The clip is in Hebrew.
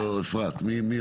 בבקשה תשובה אדוני.